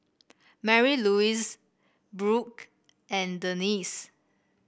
Marylouise Brooke and Denise